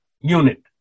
unit